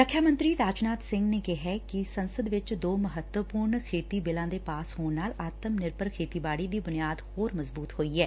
ਰੱਖਿਆ ਮੰਤਰੀ ਰਾਜਨਾਥ ਸਿੰਘ ਨੇ ਕਿਹੈ ਕਿ ਰਾਜ ਸਭਾ ਚ ਦੋ ਮਹੱਤਵਪੂਰਨ ਖੇਤੀ ਬਿੱਲਾਂ ਦੇ ਪਾਸ ਹੋਣ ਨਾਲ ਆਤਮ ਨਿਰਭਰ ਖੇਤੀਬਾੜੀ ਦੀ ਬੁਨਿਆਦ ਹੋਰ ਮਜ਼ਬੁਤ ਹੋਈ ਏ